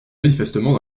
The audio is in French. manifestement